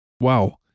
Wow